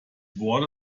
worte